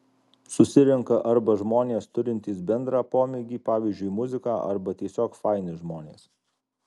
susirenka arba žmonės turintys bendrą pomėgį pavyzdžiui muziką arba tiesiog faini žmonės